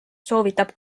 soovitab